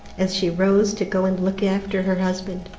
as she rose to go and look after her husband.